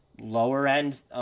lower-end